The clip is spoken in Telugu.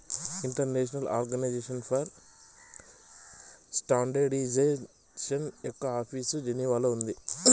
ఇంటర్నేషనల్ ఆర్గనైజేషన్ ఫర్ స్టాండర్డయిజేషన్ యొక్క ఆఫీసు జెనీవాలో ఉంది